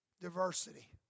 Diversity